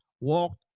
walked